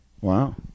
Wow